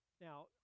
Now